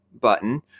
button